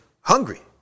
hungry